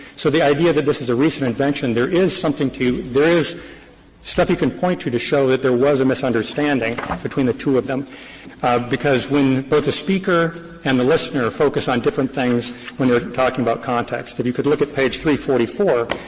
so the idea that this is a recent invention, there is something to there is stuff you can point to to show that there was a misunderstanding between the two of them because when both the speaker and the listener focus on different things when they're talking about context. if you could look at page three hundred and forty four,